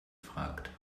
fragt